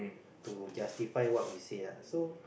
to justify what we say ah so